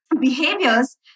behaviors